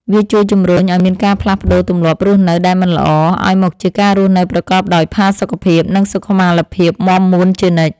វាជួយជម្រុញឱ្យមានការផ្លាស់ប្តូរទម្លាប់រស់នៅដែលមិនល្អ ឱ្យមកជាការរស់នៅប្រកបដោយផាសុកភាព និងសុខុមាលភាពមាំមួនជានិច្ច។